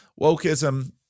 Wokeism